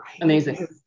Amazing